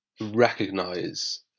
recognize